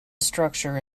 structure